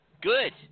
Good